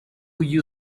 you